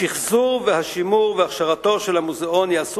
השחזור והשימור והכשרתו של המוזיאון ייעשו